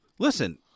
Listen